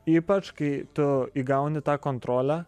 ypač kai tu įgauni tą kontrolę